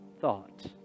thought